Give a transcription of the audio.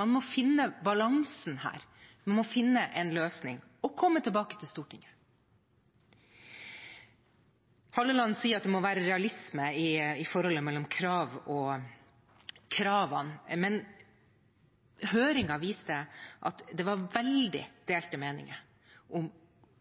Man må finne balansen her. Man må finne en løsning og komme tilbake til Stortinget. Halleland sier at det må være realisme i kravene. Men høringen viste at det var veldig delte meninger om